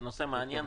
זה נושא מעניין.